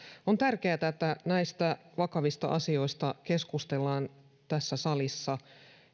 on tärkeätä että näistä vakavista asioista keskustellaan tässä salissa